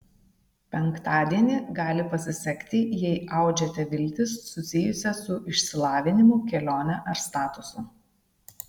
penktadienį gali pasisekti jei audžiate viltis susijusias su išsilavinimu kelione ar statusu